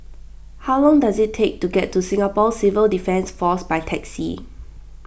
how long does it take to get to Singapore Civil Defence force by taxi